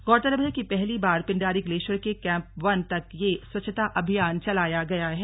गौरतलब है कि पहली बार पिंडारी ग्लेशियर के कैंप वन तक यह स्वच्छता अभियान चलाया गया है